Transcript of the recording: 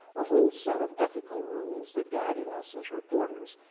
a whole set of ethical rules that guided us as reporters.